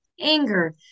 anger